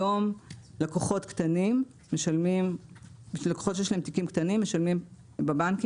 היום לקוחות שיש להם תיקים קטנים משלמים בבנקים